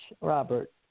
Robert